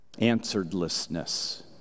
answeredlessness